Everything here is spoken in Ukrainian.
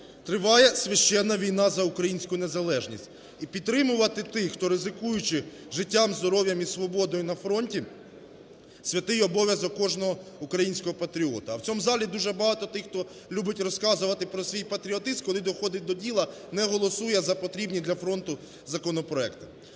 Триває священна війна за українську незалежність. І підтримувати тих, хто, ризикуючи життям і здоров'ям і свободою на фронті – святий обов'язок кожного українського патріота. А в цьому залі дуже багато тих, хто любить розказувати про свій патріотизм, а коли доходить до діла, не голосує за потрібні для фронту законопроекти.